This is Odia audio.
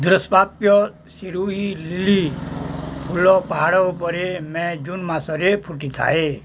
ଦୁଷ୍ପ୍ରାପ୍ୟ ଶିରୁଇଲି ଫୁଲ ପାହାଡ଼ ଉପରେ ମେ ଜୁନ୍ ମାସରେ ଫୁଟିଥାଏ